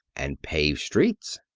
and paved streets.